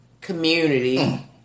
community